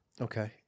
Okay